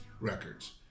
records